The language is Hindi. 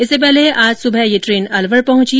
इससे पहले आज सुबह यह ट्रेन अलवर पहुंची